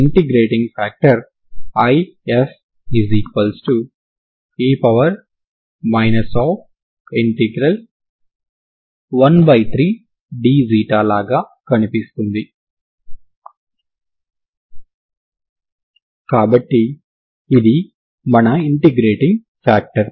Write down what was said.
ఇక్కడ ప్రధాన సమస్య ఏమిటంటే మీరు తరంగ సమీకరణాన్ని పరిష్కరిస్తున్నప్పుడు మీకు సాధారణ పరిష్కారం c1xct మరియు c2 xct0 x0t0 అని మీకు తెలుసు కానీ x పాజిటివ్ గా నిర్ణయించబడి t విలువ పెద్దదిగా తీసుకుంటున్నప్పుడు తీసుకుంటున్నప్పుడు x ct విలువ నెగెటివ్ కావచ్చు